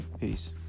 Peace